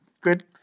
good